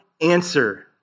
answer